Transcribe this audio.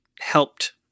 helped